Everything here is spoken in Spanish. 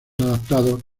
adaptados